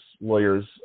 lawyers